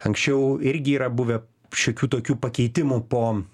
anksčiau irgi yra buvę šiokių tokių pakeitimų po